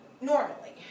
normally